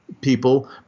people